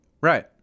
Right